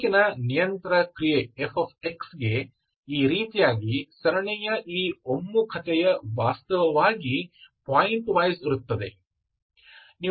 ತುಣುಕಿನ ನಿರಂತರ ಕ್ರಿಯೆ f ಗೆ ಈ ರೀತಿಯಾಗಿ ಸರಣಿಯ ಈ ಒಮ್ಮುಖತೆಯು ವಾಸ್ತವವಾಗಿ ಪಾಯಿಂಟ್ವೈಸ್ ಇರುತ್ತದೆ